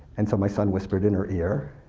and so my son whispered in her ear,